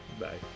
Bye